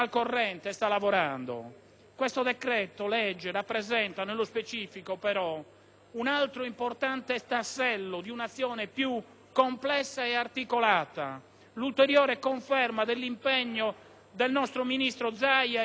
Questo decreto-legge rappresenta nello specifico, però, un altro importante tassello di un'azione più complessa e articolata, l'ulteriore conferma dell'impegno che il ministro Zaia e il presidente Berlusconi